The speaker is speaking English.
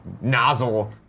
nozzle